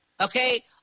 Okay